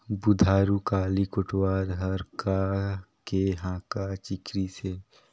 बुधारू काली कोटवार हर का के हाँका चिकरिस हे?